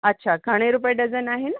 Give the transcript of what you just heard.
अच्छा घणे रुपए डज़न आहिनि